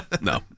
no